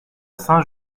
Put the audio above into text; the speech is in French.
saint